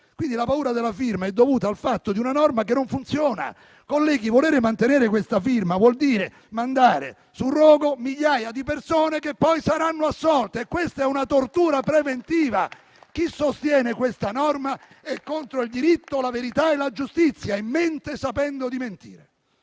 Quindi, la paura della firma è dovuta al fatto che la norma non funziona. Colleghi, voler mantenere questa firma vuol dire mandare sul rogo migliaia di persone che poi saranno assolte, e questa è una tortura preventiva. Chi sostiene questa norma è contro il diritto, la verità e la giustizia e mente sapendo di mentire.